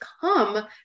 come